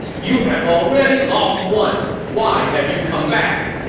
you have already lost once. why have you come back!